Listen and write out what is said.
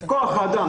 כוח האדם